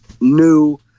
new